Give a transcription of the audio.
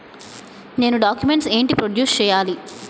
నేను డాక్యుమెంట్స్ ఏంటి ప్రొడ్యూస్ చెయ్యాలి?